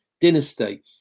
dynasty